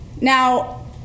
Now